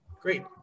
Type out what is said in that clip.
Great